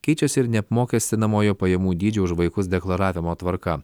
keičiasi ir neapmokestinamojo pajamų dydžio už vaikus deklaravimo tvarka